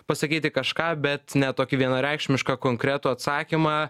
pasakyti kažką bet ne tokį vienareikšmišką konkretų atsakymą